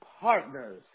partners